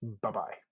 Bye-bye